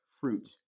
fruit